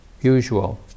usual